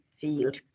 field